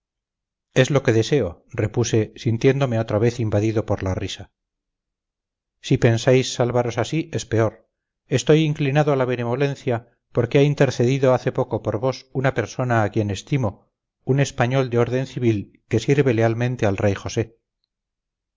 es lo que deseo repuse sintiéndome otra vez invadido por la risa si pensáis salvaros así es peor estoy inclinado a la benevolencia porque ha intercedido hace poco por vos una persona a quien estimo un español de orden civil que sirve lealmente al rey josé